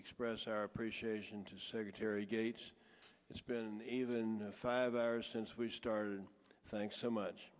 express our appreciation to secretary gates it's been a even five hours since we started thanks so much